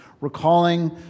recalling